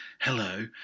Hello